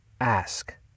ask